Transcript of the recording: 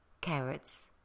carrots